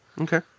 Okay